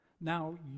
Now